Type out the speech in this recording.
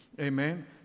amen